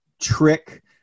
trick